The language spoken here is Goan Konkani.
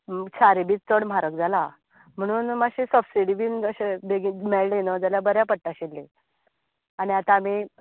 सारें बी चड म्हारग जालां म्हणून सबसिडी बी अशें बेगीन मेळ्ळें जाल्यार बऱ्या पडटलें आसलें आनी आतां आमी